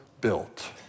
built